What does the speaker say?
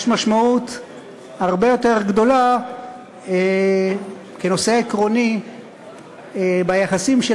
יש משמעות הרבה יותר גדולה כנושא עקרוני ביחסים של